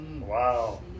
Wow